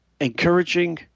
encouraging